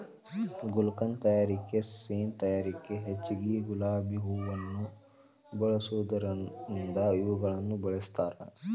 ಗುಲ್ಕನ್ ತಯಾರಿಕೆ ಸೇಂಟ್ ತಯಾರಿಕೆಗ ಹೆಚ್ಚಗಿ ಗುಲಾಬಿ ಹೂವುನ ಬಳಸೋದರಿಂದ ಇವುಗಳನ್ನ ಬೆಳಸ್ತಾರ